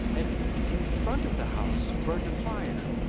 and in front of the house burned a fire,